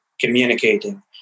communicating